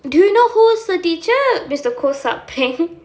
do you know who's the teacher mister koh something